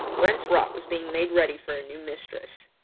brent's rock was being made ready for a new mistress.